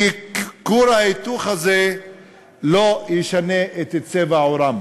כי כור ההיתוך הזה לא ישנה את צבע עורם